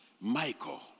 Michael